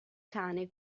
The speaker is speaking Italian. cane